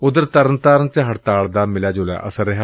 ਉਧਰ ਤਰਨਤਾਰਨ ਵਿਚ ਹੜਤਾਲ ਦਾ ਮਿਲਿਆ ਜੁਲਿਆ ਅਸਰ ਰਿਹਾ